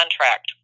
contract